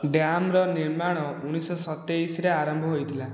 ଡ୍ୟାମ୍ର ନିର୍ମାଣ ଉଣେଇଶଶହ ସତେଇଶରେ ଆରମ୍ଭ ହୋଇଥିଲା